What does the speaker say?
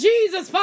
Jesus